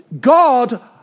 God